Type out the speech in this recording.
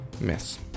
miss